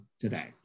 today